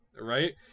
Right